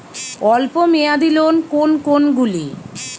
অল্প মেয়াদি লোন কোন কোনগুলি?